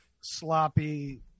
sloppy